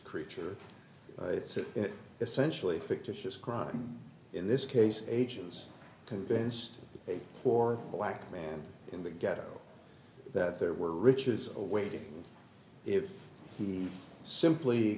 creature it's essentially a fictitious crime in this case agents convinced a poor black man in the ghetto that there were riches awaiting if he simply